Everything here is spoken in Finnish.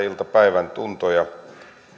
iltapäivän tuntoja